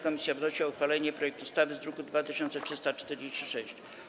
Komisja wnosi o uchwalenie projektu ustawy z druku nr 2346.